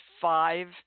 five